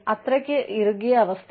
അത്രയ്ക്ക് ഇറുകിയ അവസ്ഥയാണ്